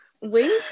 Wings